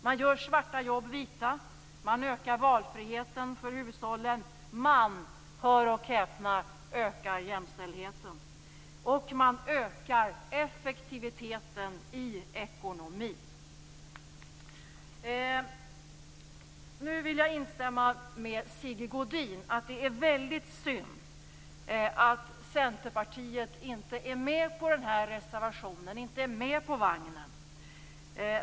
Man gör svarta jobb vita, man ökar valfriheten för hushållen, man, hör och häpna, ökar jämställdheten och man ökar effektiviteten i ekonomin. Nu vill jag instämma med Sigge Godin. Det är väldigt synd att Centerpartiet inte är med på den här reservationen, inte är med på vagnen.